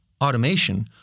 automation